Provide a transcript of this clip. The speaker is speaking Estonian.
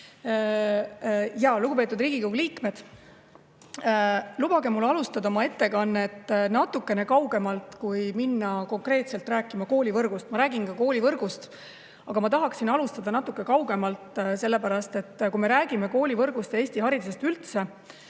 Lugupeetud Riigikogu liikmed! Lubage mul alustada oma ettekannet natukene kaugemalt, enne kui hakata konkreetselt rääkima koolivõrgust. Ma räägin ka koolivõrgust, aga tahaksin alustada natuke kaugemalt. Sellepärast et kui me räägime koolivõrgust ja Eesti haridusest üldse,